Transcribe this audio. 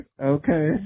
Okay